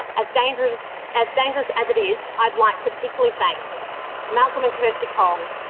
as dangerous as dangerous as it is, i'd like to particularly thank michael and kirsty cole,